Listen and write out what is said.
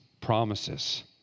promises